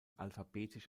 alphabetisch